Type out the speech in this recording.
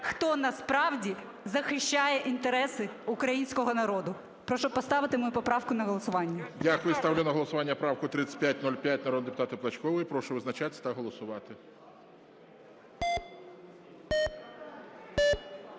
хто насправді захищає інтереси українського народу. Прошу поставити мою поправку на голосування. ГОЛОВУЮЧИЙ. Дякую. Ставлю на голосування правку 3505 народного депутата Плачкової. Прошу визначатися та голосувати.